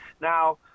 Now